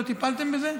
לא טיפלתם בזה?